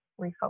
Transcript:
refocus